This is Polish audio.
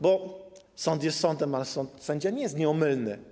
Bo sąd jest sądem, ale sędzia nie jest nieomylny.